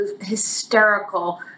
hysterical